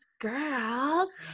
girls